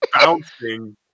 bouncing